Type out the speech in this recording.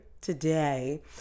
today